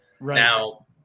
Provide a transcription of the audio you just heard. Now